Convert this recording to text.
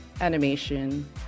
animation